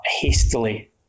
hastily